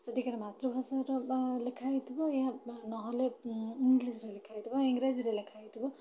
ସେଠିକାର ମାତୃଭାଷାର ଲେଖା ହେଇଥିବ ନହେଲେ ଇଂଗ୍ଲିଶ୍ରେ ଲେଖା ହେଇଥିବ ବା ଇଂଗ୍ରାଜୀରେ ଲେଖା ହେଇଥିବ